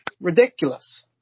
Ridiculous